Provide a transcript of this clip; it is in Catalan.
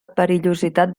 perillositat